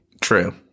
True